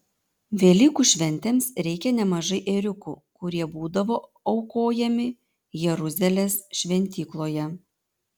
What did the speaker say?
velykų šventėms reikia nemažai ėriukų kurie būdavo aukojami jeruzalės šventykloje